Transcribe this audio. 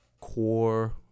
core